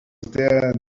there